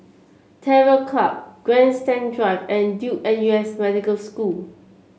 Terror Club Grandstand Drive and Duke N U S Medical School